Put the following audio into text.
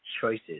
choices